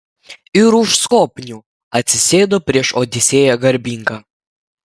ir už skobnių atsisėdo prieš odisėją garbingą